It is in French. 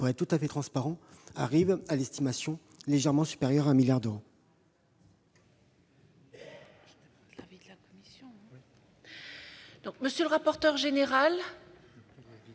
de façon tout à fait transparente, à une estimation légèrement supérieure à 1 milliard d'euros.